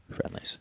Friendlies